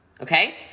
Okay